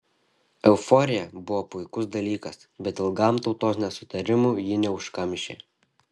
euforija buvo puikus dalykas bet ilgam tautos nesutarimų ji neužkamšė